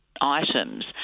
items